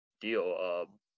deal